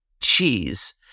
cheese